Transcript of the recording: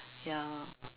ya